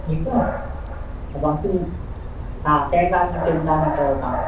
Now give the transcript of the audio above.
ठीकु आहे बाक़ी हा कंहिं ॻाल्हि जी चिंता न कयो तव्हां